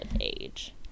age